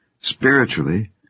Spiritually